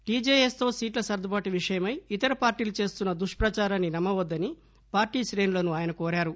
TJS తో సీట్ల సర్గుబాటు విషయమై ఇతర పార్టీలు చేస్తున్న దుష్ ప్రచారాన్ని నమ్మ వద్దని పార్టీ శ్రేణులను ఆయన కోరారు